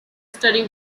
study